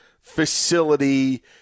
facility